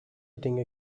dinge